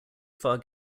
far